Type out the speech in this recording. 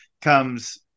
comes